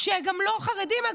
שהם לא חרדים.